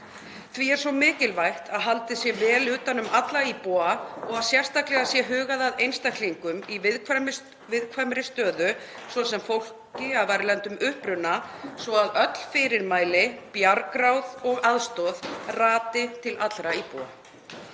Því er svo mikilvægt að haldið sé vel utan um alla íbúa og að sérstaklega sé hugað að einstaklingum í viðkvæmri stöðu, svo sem fólki af erlendum uppruna, svo öll fyrirmæli, bjargráð og aðstoð rati til allra íbúa.